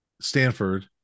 Stanford